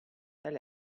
tali